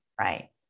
right